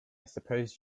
suppose